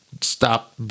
stop